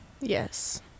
Yes